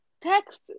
text